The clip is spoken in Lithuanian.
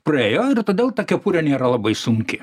praėjo ir todėl ta kepurė nėra labai sunki